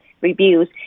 reviews